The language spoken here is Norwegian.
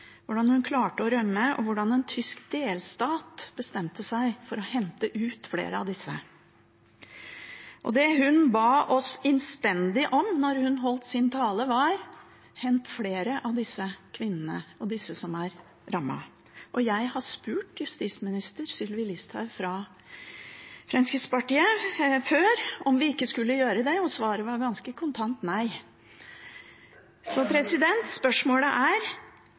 hvordan hun klarte å rømme, og hvordan en tysk delstat bestemte seg for å hente ut flere av disse. Det hun ba oss innstendig om da hun holdt sin tale, var: hent flere av disse kvinnene og disse som er rammet. Jeg har før spurt justisminister Sylvi Listhaug fra Fremskrittspartiet om vi ikke skulle gjøre det, og svaret var ganske kontant nei. Så spørsmålet er: